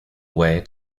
way